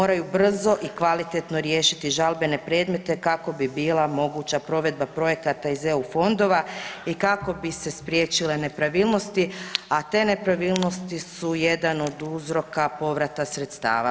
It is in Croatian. Moraju brzo i kvalitetno riješiti žalbene predmete kako bi bila moguća provedba projekata iz EU fondova i kako bi se spriječile nepravilnosti, a te nepravilnosti su jedan od uzroka povrata sredstava.